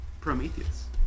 Prometheus